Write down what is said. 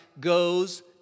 goes